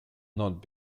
not